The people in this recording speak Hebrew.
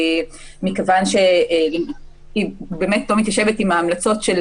מכיוון שהיא באמת לא מתיישבת עם ההמלצות של